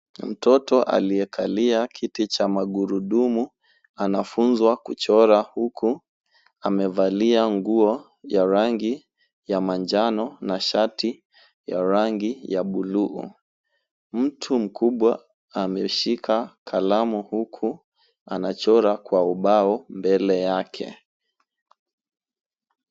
Mtoto aliyekalia kiti cha magurudumu anafunzwa kuchora huku amevalia nguo ya rangi ya manjano na shati ya rangi ya buluu. Mtu mkubwa ameshika kalamu huku anachora kwa ubao mbele yake.